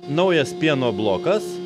naujas pieno blokas